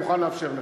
אני מוכן לאפשר לך.